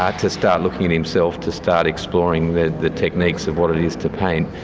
ah to start looking at himself, to start exploring the the techniques of what it is to paint.